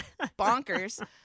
bonkers